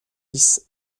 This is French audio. dix